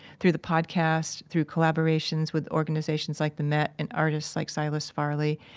through the podcast, through collaborations with organizations like the met and artists like silas farley,